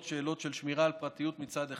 שאלות של שמירה על פרטיות מצד אחד,